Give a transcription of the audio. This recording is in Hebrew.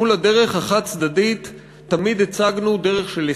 מול הדרך החד-צדדית תמיד הצגנו דרך של הסכם,